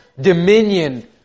dominion